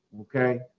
Okay